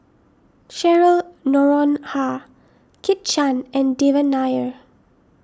Cheryl Noronha Kit Chan and Devan Nair